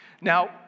Now